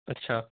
अच्छा